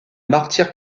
martyr